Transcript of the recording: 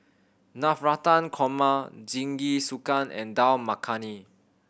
Navratan Korma Jingisukan and Dal Makhani